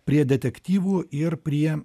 prie detektyvų ir prie